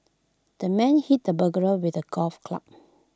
the man hit the burglar with A golf club